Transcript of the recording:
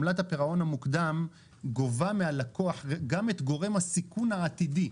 עמלת הפירעון המוקדם גובה מהלקוח גם את גורם הסיכון העתידי,